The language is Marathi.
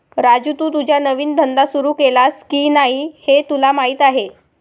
राजू, तू तुझा नवीन धंदा सुरू केलास की नाही हे तुला माहीत आहे